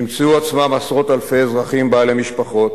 ימצאו עצמם עשרות אלפי אזרחים בעלי משפחות